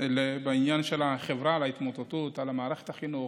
בעניין של החברה וההתמוטטות, על מערכת החינוך,